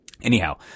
Anyhow